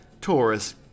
Taurus